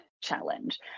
challenge